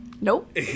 nope